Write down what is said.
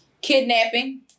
Kidnapping